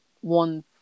one